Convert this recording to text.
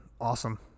awesome